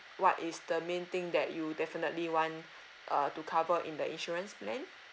what is the main thing that you definitely want uh to cover in the insurance plan